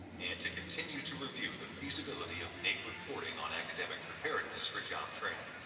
and to continue to review the feasibility of naep reporting on academic preparedness for job training.